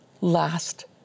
last